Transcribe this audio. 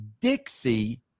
Dixie